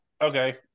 okay